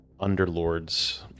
underlords